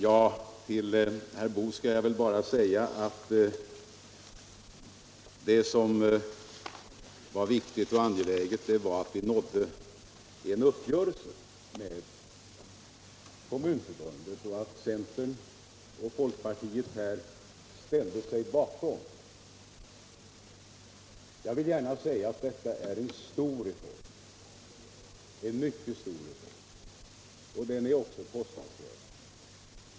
Till herr Boo skall jag bara säga att det viktiga och angelägna var att vi nådde en uppgörelse med Kommunförbundet och att centern och folkpartiet här ställde sig bakom. Jag vill gärna säga att detta är en stor reform och den är kostnadskrävande.